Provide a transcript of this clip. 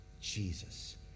Jesus